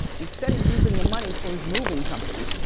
instead of using the money for his moving company,